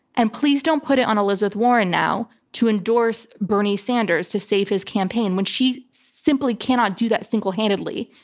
and please don't put it on elizabeth warren now to endorse bernie sanders to save his campaign when she simply cannot do that single handedly.